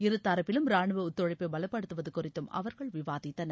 இருதரப்பிலும் ரானுவ ஒத்துழைப்பை பலப்படுத்துவது குறித்தும் அவர்கள் விவாதித்தனர்